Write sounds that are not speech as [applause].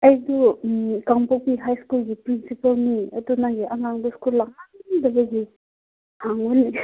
ꯑꯩꯗꯣ ꯎꯝ ꯀꯥꯡꯄꯣꯛꯄꯤ ꯍꯥꯏꯁ꯭ꯀꯨꯜꯒꯤ ꯄ꯭ꯔꯤꯟꯁꯤꯄꯥꯜꯅꯤ ꯑꯗꯨ ꯅꯪꯒꯤ ꯑꯉꯥꯡꯗꯣ ꯁ꯭ꯀꯨꯜ ꯂꯥꯛꯃꯟꯗꯕꯒꯤ [unintelligible]